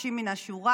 אנשים מן השורה,